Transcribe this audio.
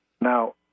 Now